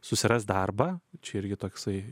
susiras darbą čia irgi toksai